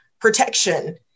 protection